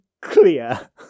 clear